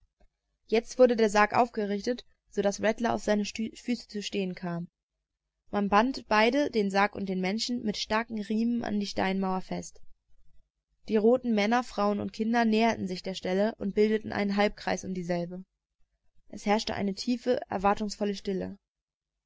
jetzt wurde der sarg aufgerichtet so daß rattler auf seine füße zu stehen kam man band beide den sarg und den menschen mit starken riemen an die steinmauer fest die roten männer frauen und kinder näherten sich der stelle und bildeten einen halbkreis um dieselbe es herrschte tiefe erwartungsvolle stille